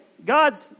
God's